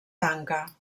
tanca